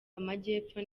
amajyepfo